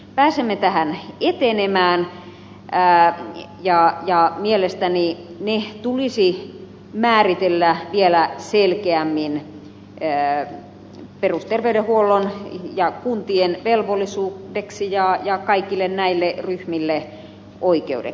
pääsemme tähän suuntaan ja mielestäni ne tulisi määritellä vielä selkeämmin perusterveydenhuollon ja kuntien velvollisuudeksi ja kaikille näille ryhmille oikeudeksi